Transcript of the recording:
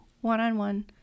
one-on-one